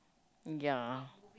ya